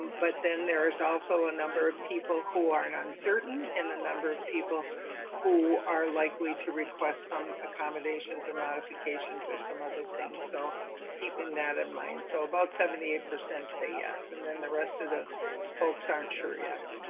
but then there's also a number of people who are and uncertain, and a number of people who are likely to request some accommodations or modifications or some other things so keeping that in mind, so about seventy eight percent say yes and then the rest of the folks aren't sure yet.